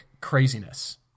craziness